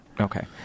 okay